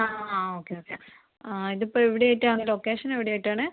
ആ okay okay ആ ഇതിപ്പം എവിടെയായിട്ടാണ് ലൊക്കേഷൻ എവിടെയായിട്ടാണ്